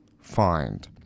find